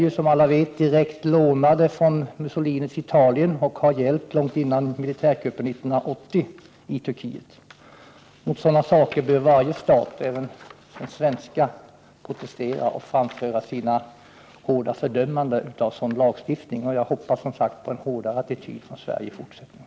De är, som alla vet, direkt lånade från Mussolinis Italien och har gällt sedan långt före militärkuppen i Turkiet 1980. Mot sådant bör varje stat, även den svenska, protestera, och vi bör hårt fördöma sådan lagstiftning. Jag hoppas på en hårdare attityd från Sverige i fortsättningen.